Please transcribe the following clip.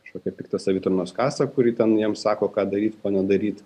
kažkokią piktą savitarnos kasą kuri ten jiem sako ką daryt ko nedaryt